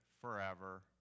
forever